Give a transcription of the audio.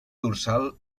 dorsal